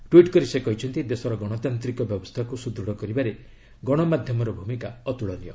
tweet କରି ସେ କହିଛନ୍ତି ଦେଶର ଗଣତାନ୍ତିକ ବ୍ୟବସ୍ଥାକୁ ସୁଦୃଢ଼ କରିବାରେ ଗଣମାଧ୍ୟମର ଭୂମିକା ଅତ୍କଳନୀୟ